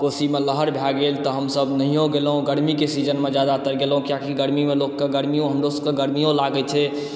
कोशीमे लहर भए गेल तऽ हमसब नहियों गेलहुॅं गर्मी के सीजन मे जादातर गेलहुॅं कियाकि गर्मीमे लोकके गर्मियो हमरो सबके गर्मीयो लागै छै